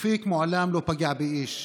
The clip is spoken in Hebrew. תאופיק מעולם לא פגע באיש.